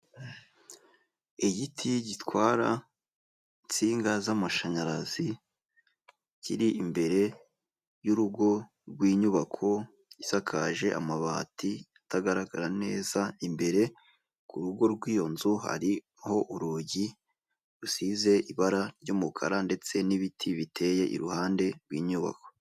Igiti gitwara insinga z'amashanyarazi, kiri imbere y'urugo rw'inyubako isakaje amabati atagaragara neza, imbere ku rugo rw'iyo nzu hariho urugi rusize ibara ry'umukara ndetse n'ibiti biteye i ruhande rw'inyubako.